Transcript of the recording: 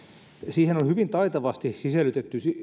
siihen on hyvin taitavasti sisällytetty